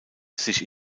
sich